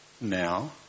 Now